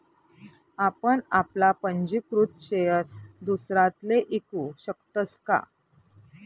आपण आपला पंजीकृत शेयर दुसरासले ईकू शकतस का?